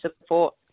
support